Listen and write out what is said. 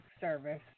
service